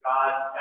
God's